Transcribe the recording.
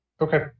Okay